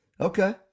okay